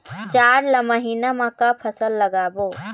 जाड़ ला महीना म का फसल लगाबो?